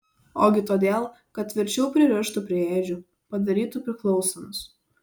ogi todėl kad tvirčiau pririštų prie ėdžių padarytų priklausomus